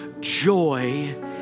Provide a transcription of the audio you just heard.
joy